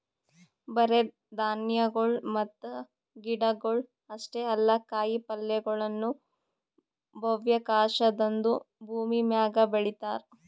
ಬರೇ ಧಾನ್ಯಗೊಳ್ ಮತ್ತ ಗಿಡಗೊಳ್ ಅಷ್ಟೇ ಅಲ್ಲಾ ಕಾಯಿ ಪಲ್ಯಗೊಳನು ಬಾಹ್ಯಾಕಾಶದಾಂದು ಭೂಮಿಮ್ಯಾಗ ಬೆಳಿತಾರ್